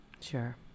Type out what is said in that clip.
Sure